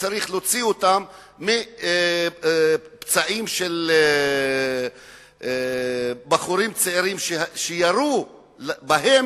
צריך להוציא אותם מפצעים של בחורים צעירים שהמשטרה ירתה בהם.